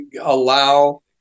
allow